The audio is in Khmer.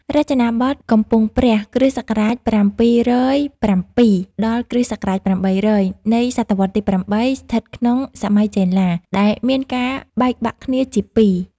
រចនាបថកំពង់ព្រះ គ.ស ៧០៧ ដល់ គ.ស ៨០០ នៃសតវត្សរ៍ទី៨ ស្ថិតក្នុងសម័យចេនឡា ដែលមានការបែកបាក់គ្នាជាពីរ។